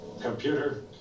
Computer